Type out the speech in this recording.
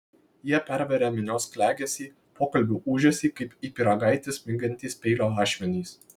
jie perveria minios klegesį pokalbių ūžesį kaip į pyragaitį smingantys peilio ašmenys